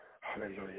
Hallelujah